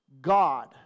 god